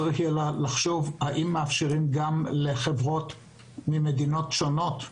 צריך לחשוב האם מאפשרים גם לחברות ממדינות שונות,